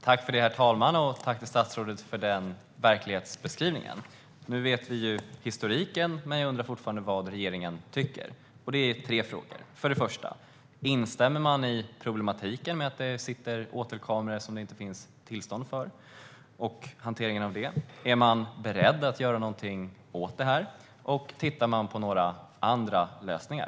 Herr talman! Jag tackar statsrådet för den verklighetsbeskrivningen. Nu vet vi historiken, men jag undrar fortfarande vad regeringen tycker. Jag har tre frågor: Instämmer man i problematiken när det gäller att det sitter åtelkameror uppe som det inte finns tillstånd för och hanteringen av dem? Är man beredd att göra någonting åt detta? Tittar man på några andra lösningar?